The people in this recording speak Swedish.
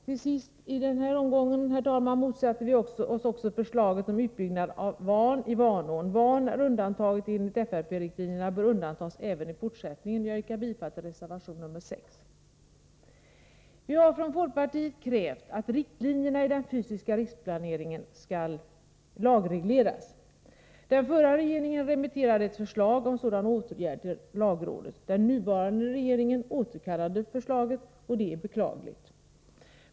Till sist i denna omgång, herr talman, motsätter vi oss också förslaget om utbyggnad av Van i Vanån. Van är undantagen enligt FRP-riktlinjerna och bör undantas även i fortsättningen. Jag yrkar bifall till reservation nr 6. Vi har från folkpartiet krävt att riktlinjerna i den fysiska riksplaneringen skall lagregleras. Den förra regeringen remitterade ett förslag om sådan åtgärd till lagrådet. Den nuvarande regeringen återkallade förslaget. Detta är beklagligt.